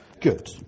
Good